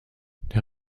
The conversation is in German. der